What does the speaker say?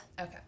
Okay